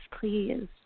please